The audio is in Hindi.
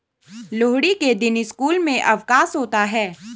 लोहड़ी के दिन स्कूल में अवकाश होता है